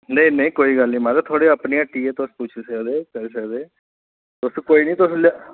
नेईं नेईं कोई गल्ल नेईं माराज थुआढ़ी अपनी हट्टी ऐ तुस करी सकदे तुस कोई नेईं तुस लेई आएओ